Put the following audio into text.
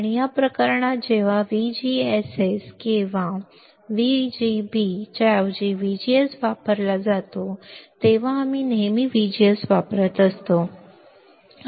आणि या प्रकरणात जेव्हा VGSS किंवा VGB च्या ऐवजी VGS वापरला जातो तेव्हा आम्ही नेहमी VGS वापरत असतो